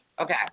Okay